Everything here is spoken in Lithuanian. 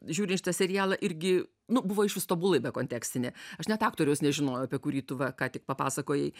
žiūrit šitą serialą irgi nu buvo išvis tobulai bekontekstinė aš net aktoriaus nežinojau apie kurį tu va ką tik papasakojai